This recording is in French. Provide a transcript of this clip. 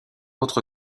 autre